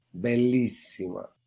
bellissima